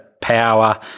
power